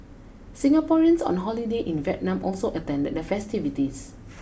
Singaporeans on holiday in Vietnam also attended the festivities